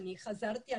אני חזרתי,